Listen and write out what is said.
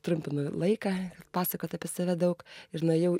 trumpinu laiką pasakot apie save daug ir nuėjau